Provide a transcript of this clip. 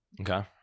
Okay